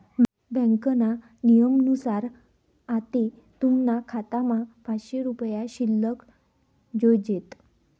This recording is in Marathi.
ब्यांकना नियमनुसार आते तुमना खातामा पाचशे रुपया शिल्लक जोयजेत